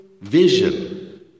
vision